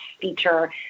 feature